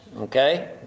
okay